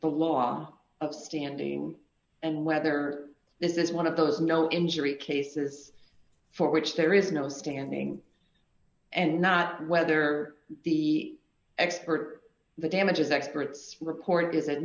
the law of standing and whether this is one of those no injury cases for which there is no standing and not whether the expert the damages expert's report